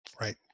Right